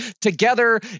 together